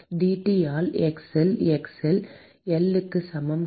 dT ஆல் x இல் x இல் L க்கு சமம் h